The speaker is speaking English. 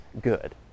good